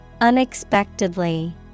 Unexpectedly